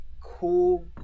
Cool